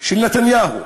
של נתניהו.